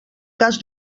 cas